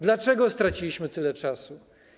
Dlaczego straciliśmy tyle czasu?